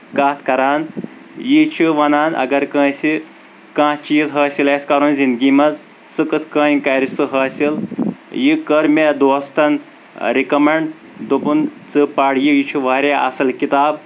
کتھ کران یہِ چھِ وَنان اگر کٲنٛسہِ کانٛہہ چیٖز حٲصل آسہِ کرُن زنٛدگی منٛز سُہ کِتھ کٲٹھۍ کرِ سُہ حٲصل یہِ کٔر مےٚ دوستن رِکمنٛڈ دوٚپُن ژٕ پر یہِ یہِ چھِ واریاہ اصٕل کِتاب